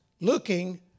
Looking